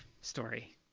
story